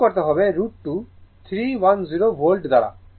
গুণ করতে হবে √2 310 ভোল্ট দ্বারা